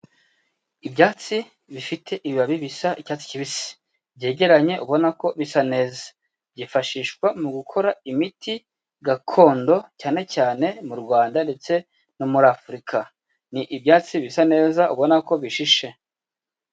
Ibyatsi bifite ibibabi bisa icyatsi kibisi, byegeranye ubona ko bisa neza. Byifashishwa mu gukora imiti gakondo cyane cyane mu Rwanda ndetse no muri Afurika. Ni ibyatsi bisa neza ubona ko bishishe.